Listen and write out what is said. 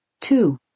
Two